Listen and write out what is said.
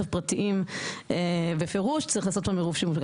פרטיים בפירוש צריך לעשות שם עירוב שימוש.